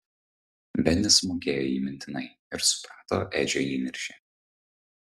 benis mokėjo jį mintinai ir suprato edžio įniršį